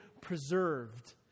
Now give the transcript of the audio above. preserved